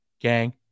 Gang